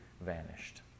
vanished